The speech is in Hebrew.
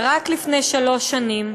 ורק לפני שלוש שנים,